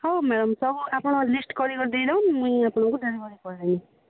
ହଉ ମ୍ୟାଡ଼ାମ୍ ସବୁ ଆପଣ ଲିଷ୍ଟ କରି କରି ଦେଇ ଦଉନ୍ ମୁଇଁ ଆପଣଙ୍କୁ ଡେଲିଭରି କରିଦେବି